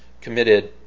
committed